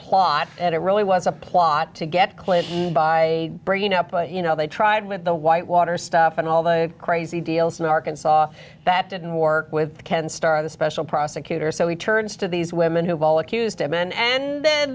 plot and it really was a plot to get clinton by bringing up you know they tried with the whitewater stuff and all the crazy deals in arkansas that didn't work with ken starr the special prosecutor so he turns to these women who all accused him and then the